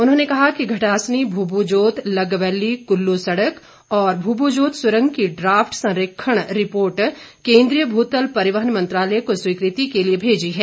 उन्होंने कहा कि घटासनी भुभुजोत लग वैली कुल्लू सड़क और भुभुजोत सुरंग की ड्राफ्ट संरेखण रिपोर्ट केंद्रीय भूतल परिवहन मंत्रालय को स्वीकृति के लिए भेजी है